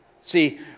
See